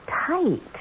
tight